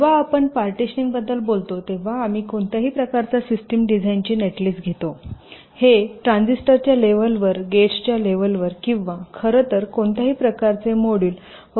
जेव्हा आपण पार्टीशनिंग बद्दल बोलतो तेव्हा आम्ही कोणत्याही प्रकारच्या सिस्टम डिझाइनची नेटलिस्ट घेतो हे ट्रान्झिस्टरच्या लेवलवर गेट्सच्या लेवलवर किंवा खरं तर कोणत्याही प्रकारचे मॉड्यूल व ब्लॉक असू शकते